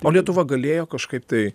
o lietuva galėjo kažkaip tai